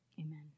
Amen